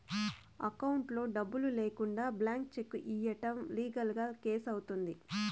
అకౌంట్లో డబ్బులు లేకుండా బ్లాంక్ చెక్ ఇయ్యడం లీగల్ గా కేసు అవుతుంది